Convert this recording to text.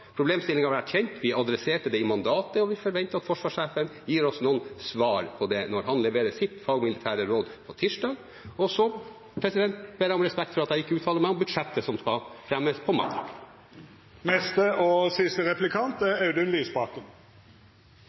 har vært kjent. Vi adresserte det i mandatet, og vi forventer at forsvarssjefen gir oss noen svar på det når han leverer sitt fagmilitære råd på tirsdag. Og så ber jeg om respekt for at jeg ikke uttaler meg om budsjettet som skal fremmes på mandag. En annen president, Donald Trump, skal bygge mur mot Mexico, og